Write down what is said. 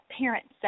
parents